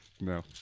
no